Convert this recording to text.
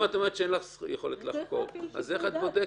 אם את אומרת שאין לך יכולת לחקור, איך את בודקת?